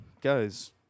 guys